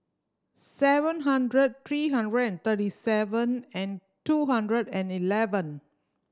seven hundred three hundred and thirty seven and two hundred and eleven